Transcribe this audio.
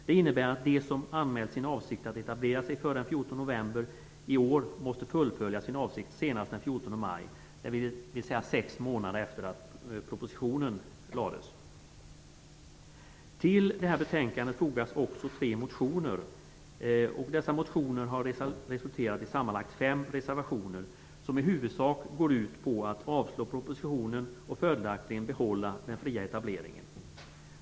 Det innebär att de som anmält sin avsikt att etablera sig före den 14 november i år måste fullfölja sin avsikt senast den 14 maj, dvs. sex månader efter det att propositionen lades fram. Till betänkandet fogas också tre motioner. Dessa resulterar i sammanlagt fem reservationer, som i huvudsak går ut på att avslå propositionen och följaktligen behålla den fria etableringen.